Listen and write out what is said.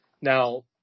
Now